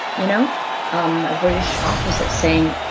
you know um a british officer saying,